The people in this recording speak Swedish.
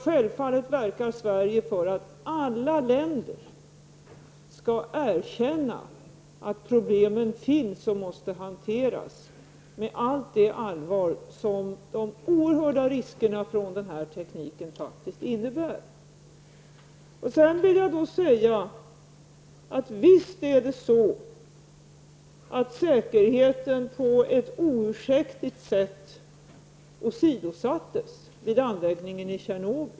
Sverige verkar självfallet för att alla länder skall erkänna att problemen finns och att de måste hanteras med allt det allvar som denna tekniks oerhörda risker kräver. Visst åsidosattes säkerheten vid anläggningen i Tjernobyl på ett oursäktligt sätt.